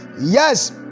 Yes